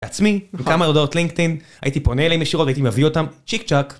עצמי, כמה הודעות לינקדאין, הייתי פונה אליהם ישירות הייתי מביא אותם צ'יק צ'אק.